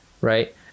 Right